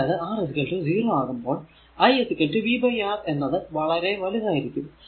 അതായതു R 0 ആകുമ്പോൾ i v R എന്നത് വളരെ വലുതായിരിക്കും